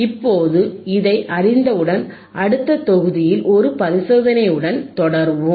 இப்போது இதை அறிந்தவுடன் அடுத்த தொகுதியில் ஒரு பரிசோதனையுடன் தொடருவோம்